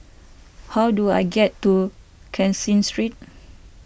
how do I get to Caseen Street